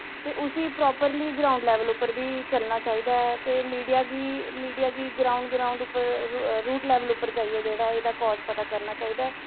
ते उस्सी properly ground level उप्पर बी चलना चाहिदा ऐ ते मीडिया गी ग्रांऽ ग्रांऽ रुट लैबल उप्पर जाइयै जेह्ड़ा एह्दा काज़ पता करना चाहिदा